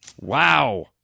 Wow